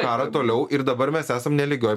karą toliau ir dabar mes esam nelygioj